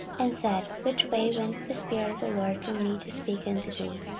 and said, which way went the spirit of the lord from me to speak unto thee?